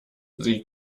sie